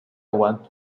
want